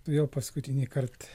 jau paskutinį kart